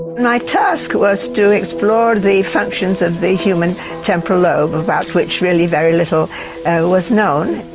my task was to explore the functions of the human temporal lobe about which really very little was known.